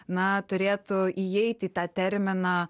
na turėtų įeiti į tą terminą